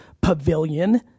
pavilion